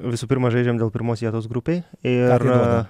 visų pirma žaidžiam dėl pirmos vietos grupėj ir